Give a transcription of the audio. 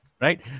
Right